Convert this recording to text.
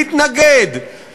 להתנגד,